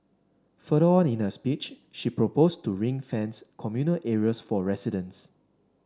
further on in her speech she proposed to ring fence communal areas for residents